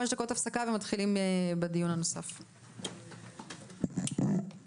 הישיבה ננעלה בשעה 13:05.